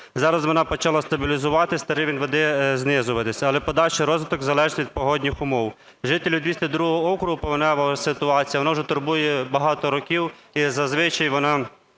Зараз вона почала стабілізуватися та рівень вони знижуватися. Але подальший розвиток залежить від погодних умов. Жителів 202 округу повенева ситуація вона вже турбує багато років і зазвичай вона